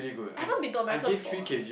I haven't been to America before